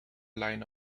line